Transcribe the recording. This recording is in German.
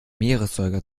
meeressäuger